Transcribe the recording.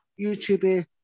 YouTube